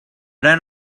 don’t